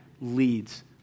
leads